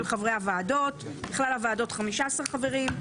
חברי הוועדות: בכלל הוועדות 15 חברים,